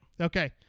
Okay